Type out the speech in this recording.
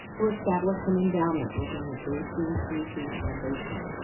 will establish an endowment within the jccc foundation.